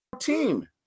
team